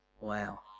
Wow